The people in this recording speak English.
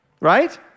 Right